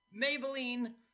maybelline